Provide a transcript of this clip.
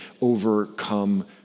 overcome